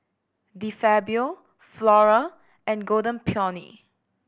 De Fabio Flora and Golden Peony